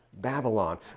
Babylon